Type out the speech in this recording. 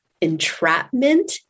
entrapment